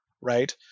right